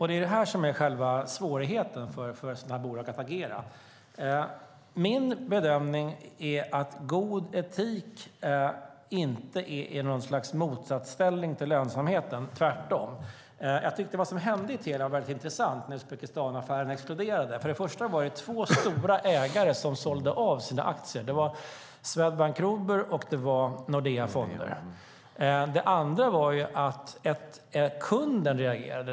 Det är detta som är själva svårigheten när det gäller att agera för ett sådant här bolag. Min bedömning är att god etik inte står i något slags motsatsställning till lönsamheten, utan tvärtom. Jag tyckte att det som hände i Telia när Uzbekistanaffären exploderade var intressant. Först och främst var det två stora ägare som sålde av sina aktier: Swedbank Robur och Nordea Fonder. Det andra var att kunden reagerade.